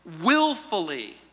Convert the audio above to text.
willfully